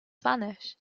spanish